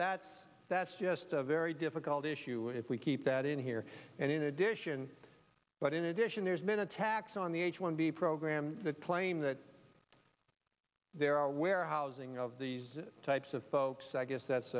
that that's just a very difficult issue if we keep that in here and in addition but in addition there's been attacks on the h one b program that claim that there are warehousing of these types of folks i guess that's